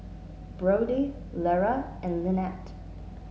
Brodie Lera and Lynnette